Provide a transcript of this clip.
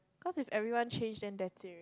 cause if everyone change then that's it